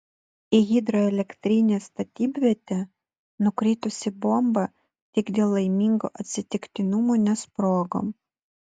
į hidroelektrinės statybvietę nukritusi bomba tik dėl laimingo atsitiktinumo nesprogo